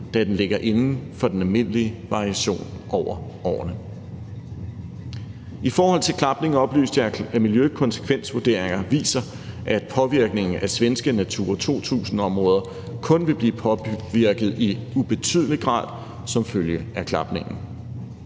da den ligger inden for den almindelige variation over årene. I forhold til klapning oplyste jeg, at miljøkonsekvensvurderinger viser, at svenske Natura 2000-områder kun vil blive påvirket i ubetydelig grad som følge af klapningen.